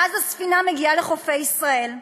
ואז הספינה מגיעה לחופי ישראל,